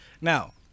Now